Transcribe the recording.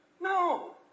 No